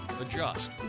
adjust